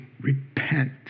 repent